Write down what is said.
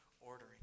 ordering